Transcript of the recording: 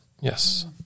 Yes